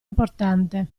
importante